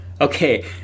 okay